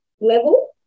level